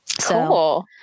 cool